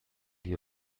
die